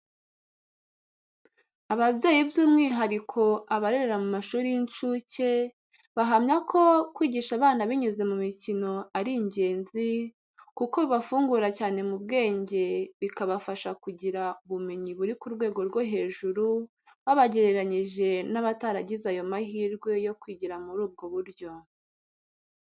Ababyeyi by’umwihariko abarerera mu mashuri y’incuke, bahamya ko kwigisha abana binyuze mu mikino ari ingenzi, kuko bibafungura cyane mu bwenge bikabafasha kugira ubumenyi buri ku rwego rwo hejuru, babagereranyije n’abataragize ayo mahirwe yo kwigira muri ubwo buryo.